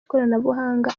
ikoranabuhanga